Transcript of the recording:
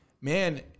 Man